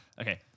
Okay